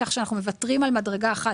כך שאנחנו מוותרים על מדרגה אחת.